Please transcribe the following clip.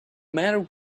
matter